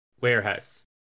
Warehouse